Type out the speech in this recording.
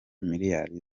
miliyari